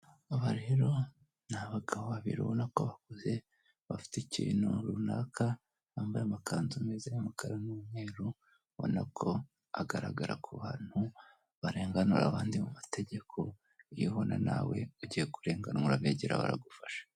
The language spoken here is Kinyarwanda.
Aba rero ni abagabo babiri ubona ko bakuze bafite ikintu runaka bambaye amakanzu meza y'umukara n'umweru ubona ko agaragara kubantu barenganura abantu ma mategeko iyo ubona nawe ugiye kurengana urabegera bakagufasha.